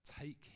take